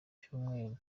cyumweru